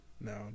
No